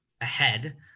ahead